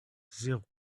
zéro